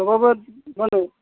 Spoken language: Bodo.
माब्लाबा मा होनो